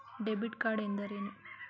Debit card ಎಂದರೇನು?